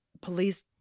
police